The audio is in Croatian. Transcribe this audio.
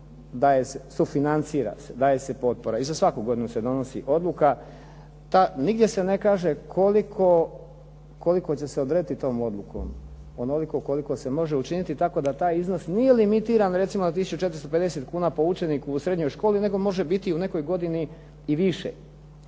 Dakle, sufinancira se, daje se potpora i za svaku godinu se donosi odluka. Nigdje se ne kaže koliko će se odrediti tom odlukom, onoliko koliko se može učiniti tako da taj iznos nije limitiran recimo na 1450 kuna po učeniku u srednjoj školi nego može biti u nekoj godini i više.